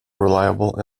reliable